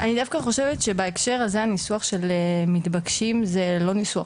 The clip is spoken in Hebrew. אני דווקא חושבת שבהקשר הזה הניסוח של "מתבקשים" זה לא ניסוח